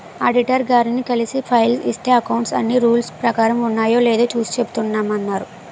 auditor గారిని కలిసి file ఇస్తే అకౌంట్స్ అన్నీ రూల్స్ ప్రకారం ఉన్నాయో లేదో చూసి చెబుతామన్నారు